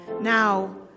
Now